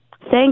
Thank